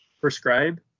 prescribe